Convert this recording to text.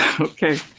Okay